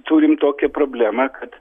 turim tokią problemą kad